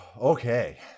okay